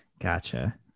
Gotcha